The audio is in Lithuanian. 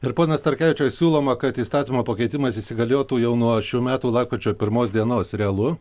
ir pone starkevičiau siūloma kad įstatymo pakeitimas įsigaliotų jau nuo šių metų lapkričio pirmos dienos realu